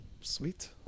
Sweet